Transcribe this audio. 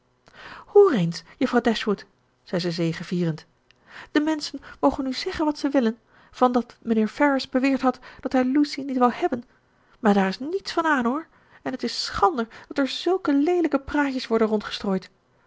hoor eens juffrouw dashwood zei ze zegevierend de menschen mogen nu zeggen wat ze willen van dat mijnheer ferrars beweerd had dat hij lucy niet wou hebben maar daar is niets van aan hoor en t is schande dat er zulke leelijke praatjes worden